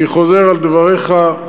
אני חוזר על דבריך: